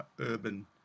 urban